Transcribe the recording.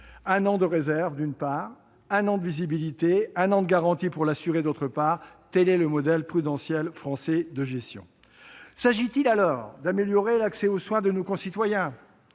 Un an de réserve, d'une part ; un an de visibilité, un an de garanties pour l'assuré, d'autre part : tel est le modèle prudentiel français de gestion. Dans ces conditions, s'agit-il d'améliorer l'accès aux soins de nos concitoyens,